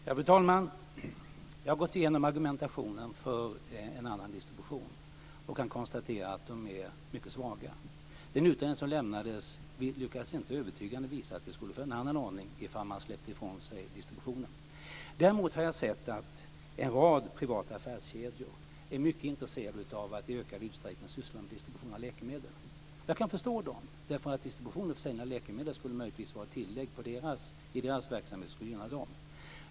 Fru talman! Jag har gått igenom argumenten för en annan distribution och kan konstatera att de är mycket svaga. Den utredning som lämnades lyckades inte övertygande visa att vi skulle få en annan ordning ifall man släppte ifrån sig distributionen. Däremot har jag sett att en rad privata affärskedjor är mycket intresserade av att i ökad utsträckning syssla med distribution av läkemedel. Jag kan förstå dem. Distribution och försäljning av läkemedel skulle möjligtvis vara ett tillägg till deras verksamhet och gynna dem.